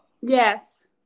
Yes